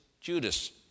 Judas